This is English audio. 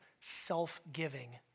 self-giving